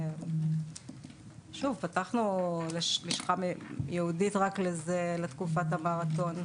שוב, פתחנו לשכה ייעודית רק לזה לתקופת המרתון,